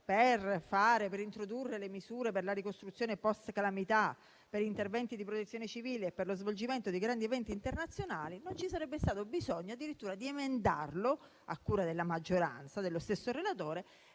che nasceva per introdurre misure per la ricostruzione post-calamità, per interventi di protezione civile e per lo svolgimento dei grandi eventi internazionali, non ci sarebbe stato bisogno di emendare il testo a cura della maggioranza e dello stesso relatore,